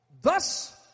Thus